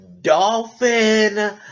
dolphin